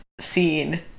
scene